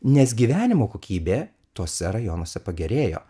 nes gyvenimo kokybė tuose rajonuose pagerėjo